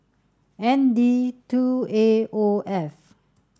N D two A O F